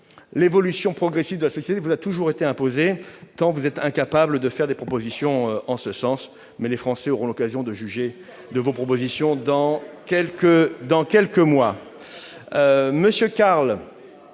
l'évolution progressiste vous a toujours été imposée, car vous êtes incapables de faire la moindre proposition en ce sens. Les Français auront l'occasion de juger vos propositions dans quelques mois